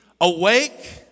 awake